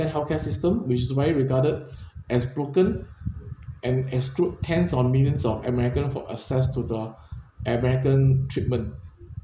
healthcare system which is why regarded as broken and exclude tens on millions of american for access to the american treatment